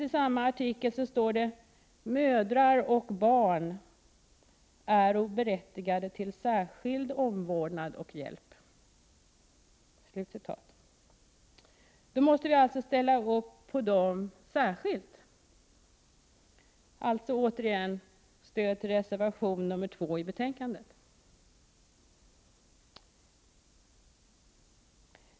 I samma artikel, mom. 2, står att läsa: ”Mödrar och barn äro berättigade till särskild omvårdnad och hjälp.” Därför måste vi alltså särskilt ställa upp för dem. Återigen stöd till reservation 2 som är fogad till betänkandet.